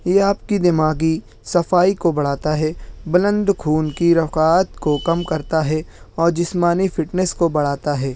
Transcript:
یہ آپ کی دماغی صفائی کو بڑھاتا ہے بلند خون کی رکاوٹ کو کم کرتا ہے اور جسمانی فٹنس کو بڑھاتا ہے